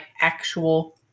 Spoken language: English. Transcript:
actual